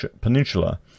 Peninsula